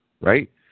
Right